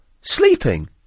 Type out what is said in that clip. sleeping